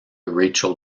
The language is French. rachel